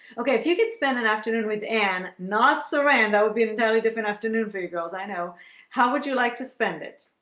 okay, if you could spend an afternoon with an not saran, that would be an entirely different afternoon for you girls i know how would you like to spend it?